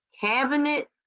cabinet